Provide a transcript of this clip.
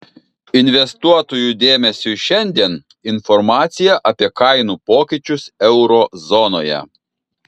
investuotojų dėmesiui šiandien informacija apie kainų pokyčius euro zonoje